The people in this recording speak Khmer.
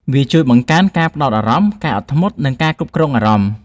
វាជួយបង្កើនការផ្តោតអារម្មណ៍ ការអត់ធ្មត់ និងការគ្រប់គ្រងអារម្មណ៍។